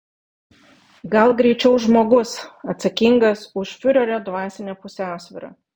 gal greičiau žmogus atsakingas už fiurerio dvasinę pusiausvyrą